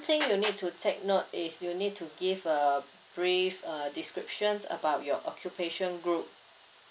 thing you need to take note is you need to give a brief uh description about your occupation group